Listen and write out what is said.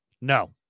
No